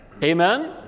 Amen